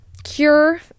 cure